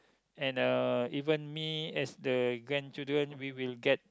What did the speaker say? and uh even me as the grandchildren we will get